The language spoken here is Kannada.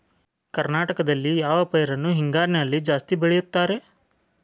ಕರ್ನಾಟಕದಲ್ಲಿ ಯಾವ ಪೈರನ್ನು ಹಿಂಗಾರಿನಲ್ಲಿ ಜಾಸ್ತಿ ಬೆಳೆಯುತ್ತಾರೆ?